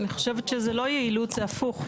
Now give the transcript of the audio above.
אני חושבת שזה לא יעילות זה הפוך.